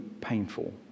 painful